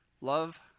love